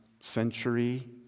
century